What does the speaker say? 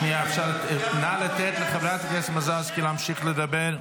נא לתת לחברת הכנסת מזרסקי להמשיך לדבר.